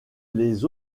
les